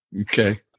Okay